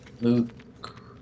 Luke